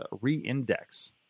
re-index